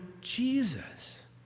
Jesus